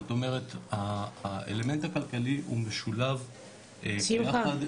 זאת אומרת האלמנט הכלכלי הוא משולב ביחד עם ההיבטים --- שמחה,